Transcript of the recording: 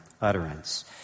utterance